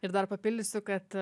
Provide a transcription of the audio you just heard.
ir dar papildysiu kad